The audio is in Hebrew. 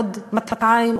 עוד 200,000,